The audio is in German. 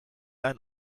ein